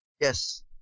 Yes